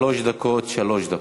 שלוש דקות זה שלוש דקות.